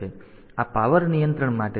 તેથી આ પાવર નિયંત્રણ માટે છે